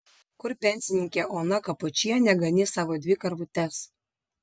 kur pensininkė ona kapočienė ganys savo dvi karvutes